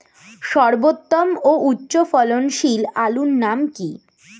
সর্বোত্তম ও উচ্চ ফলনশীল আলুর নাম কি?